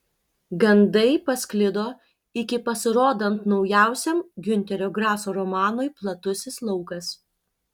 gandai pasklido iki pasirodant naujausiam giunterio graso romanui platusis laukas